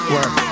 Work